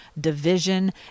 division